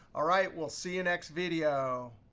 all right, we'll see you next video.